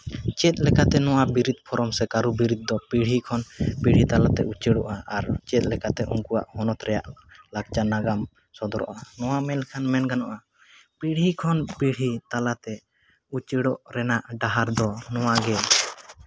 ᱪᱮᱫ ᱞᱮᱠᱟᱛᱮ ᱱᱚᱣᱟ ᱵᱤᱨᱤᱫ ᱯᱷᱨᱚᱢ ᱥᱮ ᱠᱟᱹᱨᱩ ᱵᱤᱨᱤᱫ ᱫᱚ ᱯᱤᱲᱦᱤ ᱠᱷᱚᱱ ᱯᱤᱲᱦᱤ ᱛᱟᱞᱟᱛᱮ ᱩᱪᱟᱹᱲᱚᱜᱼᱟ ᱟᱨ ᱪᱮᱫ ᱞᱮᱠᱟᱛᱮ ᱩᱱᱠᱩᱣᱟᱜ ᱦᱚᱱᱚᱛ ᱨᱮ ᱞᱟᱠᱪᱟᱨ ᱱᱟᱜᱟᱢ ᱥᱚᱫᱚᱨᱚᱜᱼᱟ ᱱᱚᱣᱟ ᱢᱮᱱ ᱞᱮᱠᱷᱟᱱ ᱢᱮᱱ ᱜᱟᱱᱚᱜᱼᱟ ᱯᱤᱲᱦᱤ ᱠᱷᱚᱱ ᱯᱤᱲᱦᱤ ᱛᱟᱞᱟᱛᱮ ᱩᱪᱟᱹᱲᱚᱜ ᱨᱮᱱᱟᱜ ᱰᱟᱦᱟᱨ ᱫᱚ ᱱᱚᱣᱟᱜᱮ